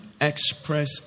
express